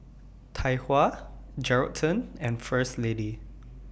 Tai Hua Geraldton and First Lady